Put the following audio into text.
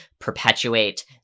perpetuate